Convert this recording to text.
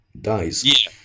dies